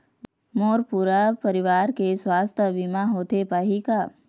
मोर पूरा परवार के सुवास्थ बीमा होथे पाही का?